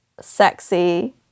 sexy